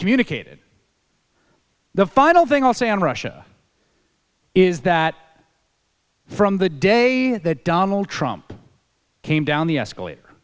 communicated the final thing i'll say on russia is that from the day that donald trump came down the escalator